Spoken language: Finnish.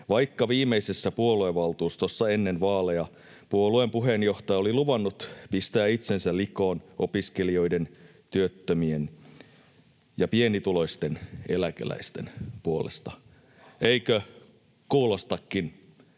vaikka viimeisessä puoluevaltuustossa ennen vaaleja puolueen puheenjohtaja oli luvannut pistää itsensä likoon opiskelijoiden, työttömien ja pienituloisten eläkeläisten puolesta.” [Oikealta: